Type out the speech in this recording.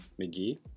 McGee